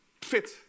fit